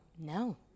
no